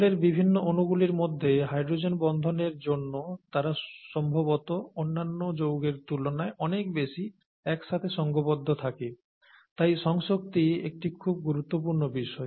জলের বিভিন্ন অনুগুলির মধ্যে হাইড্রোজেন বন্ধনের জন্য তারা সম্ভবত অন্যান্য যৌগের তুলনায় অনেক বেশি একসাথে সঙ্ঘবদ্ধ থাকতে পারে তাই সংসক্তি একটি খুব গুরুত্বপূর্ণ বিষয়